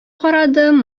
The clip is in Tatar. карадым